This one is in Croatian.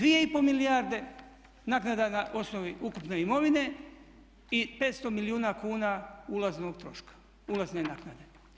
2,5 milijarde naknada na osnovi ukupne imovine i 500 milijuna kuna ulazne naknade.